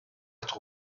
être